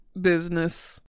business